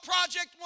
Project